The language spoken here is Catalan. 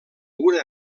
una